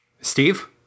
Steve